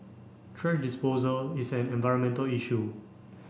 thrash disposal is an environmental issue